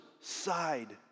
side